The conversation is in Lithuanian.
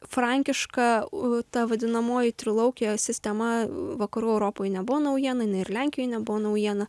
frankiška ta vadinamoji trilaukė sistema vakarų europoj nebuvo naujiena jinai ir lenkijoj nebuvo naujiena